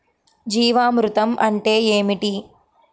జీవామృతం అంటే ఏమిటి?